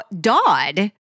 Dodd